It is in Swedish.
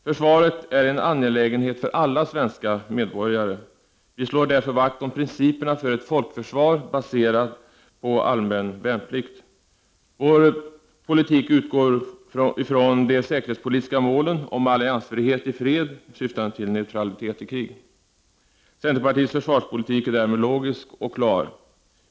Försvaret är en angelägenhet för alla svenska medborgare. Vi slår därför vakt om principerna för ett folkförsvar baserat på allmän värnplikt. Vår politik utgår från de säkerhetspolitiska målen om alliansfrihet i fred syftande till neutralitet i krig. Centerpartiets försvarspolitik är därmed logisk och klar.